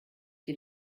die